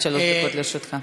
עד שלוש דקות לרשותך.